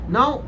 Now